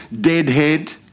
deadhead